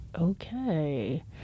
okay